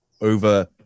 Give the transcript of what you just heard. over